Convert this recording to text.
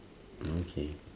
okay